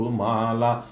mala